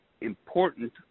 important